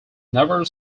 never